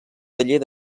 taller